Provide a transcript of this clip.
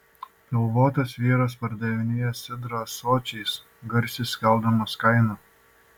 pilvotas vyras pardavinėja sidrą ąsočiais garsiai skelbdamas kainą